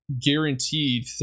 guaranteed